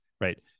right